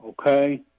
Okay